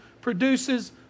produces